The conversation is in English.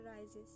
arises